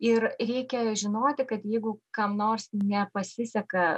ir reikia žinoti kad jeigu kam nors nepasiseka